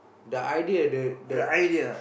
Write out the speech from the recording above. the idea the the